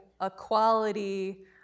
equality